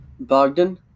bogdan